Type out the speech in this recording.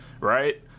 right